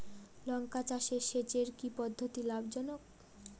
লঙ্কা চাষে সেচের কি পদ্ধতি লাভ জনক?